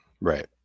right